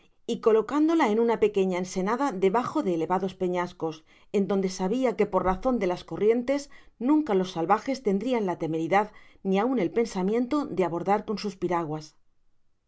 y colocándola en una pequeña ensenada debajo de elevados peñascos ei donde sabia que por razon de las corrientes nunca los salvajes tendrian la temeridad ni aun el pensamiento de abordar con sus piraguas